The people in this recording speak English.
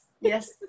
yes